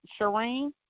Shireen